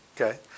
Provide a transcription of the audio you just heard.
Okay